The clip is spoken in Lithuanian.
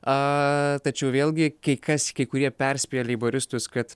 a tačiau vėlgi kai kas kai kurie perspėja leiboristus kad